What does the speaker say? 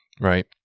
Right